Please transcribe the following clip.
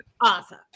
awesome